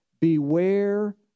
beware